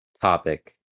topic